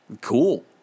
Cool